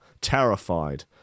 terrified